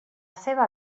seva